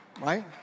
right